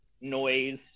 noise